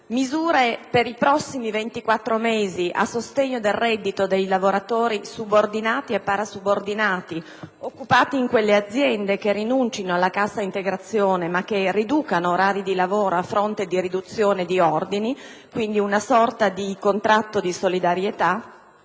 nostra economia, a sostegno del reddito dei lavoratori subordinati e parasubordinati occupati in quelle aziende che rinuncino alla cassa integrazione ma che riducano gli orari di lavoro, a fronte della riduzione degli ordini. Quindi, una sorta di contratto di solidarietà.